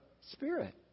spirit